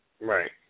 right